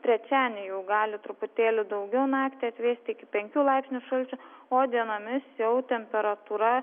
trečiadienį jau gali truputėlį daugiau naktį atvėsti iki penkių laipsnių šalčio o dienomis jau temperatūra